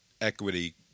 equity